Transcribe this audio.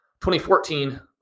2014